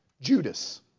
Judas